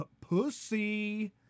pussy